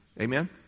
Amen